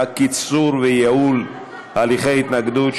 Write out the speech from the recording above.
(קיצור וייעול הליכי התנגדויות),